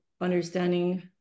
understanding